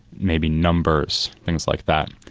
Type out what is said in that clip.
maybe numbers, things like that,